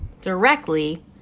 directly